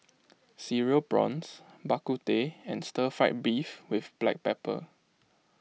Cereal Prawns Bak Kut Teh and Stir Fried Beef with Black Pepper